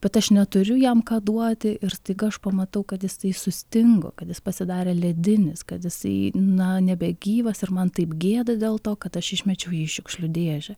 bet aš neturiu jam ką duoti ir staiga aš pamatau kad jisai sustingo kad jis pasidarė ledinis kad jisai na nebegyvas ir man taip gėda dėl to kad aš išmečiau į šiukšlių dėžę